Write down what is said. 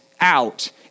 out